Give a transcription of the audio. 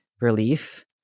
relief